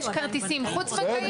יש כרטיסים חוץ בנקאיים.